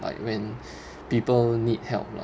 like when people need help lah